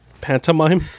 Pantomime